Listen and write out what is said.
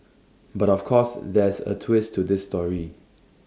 but of course there's A twist to this story